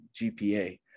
GPA